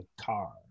Car